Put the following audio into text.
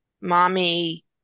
Mommy